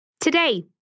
Today